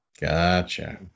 Gotcha